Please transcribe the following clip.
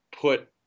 put